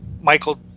Michael